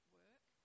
work